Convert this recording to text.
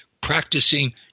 practicing